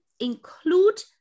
include